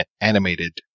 animated